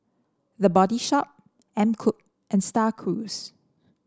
The Body Shop MKUP and Star Cruise